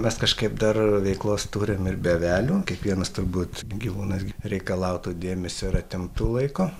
mes kažkaip dar veiklos turim ir be avelių kiekvienas turbūt gyvūnas gi reikalautų dėmesio ar atimtų laiko